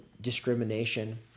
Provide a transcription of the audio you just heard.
discrimination